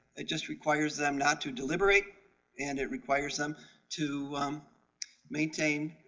it just requires them not to deliberate and it requires them to maintain.